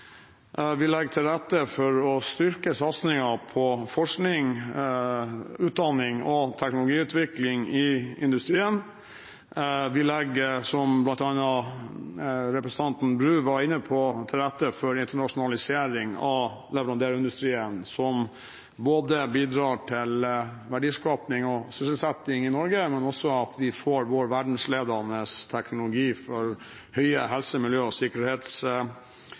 Vi legger til rette for å styrke satsingen på forskning, utdanning og teknologiutvikling i industrien. Vi legger – som bl.a. representanten Bru var inne på – til rette for internasjonalisering av leverandørindustrien som bidrar til verdiskaping og sysselsetting i Norge, men også at vi får vår verdensledende teknologi for høye helse-, miljø- og